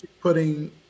putting